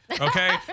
okay